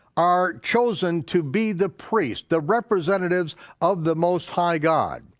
are chosen to be the priests, the representatives of the most high god.